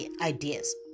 ideas